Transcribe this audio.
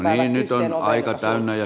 no niin nyt on aika täynnä